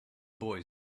boy